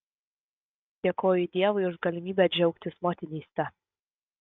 dėkoju dievui už galimybę džiaugtis motinyste